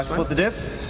split the diff.